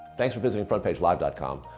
thanks for visiting frontpagelive com.